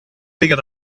bigger